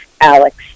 Alex